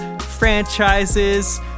franchises